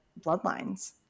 bloodlines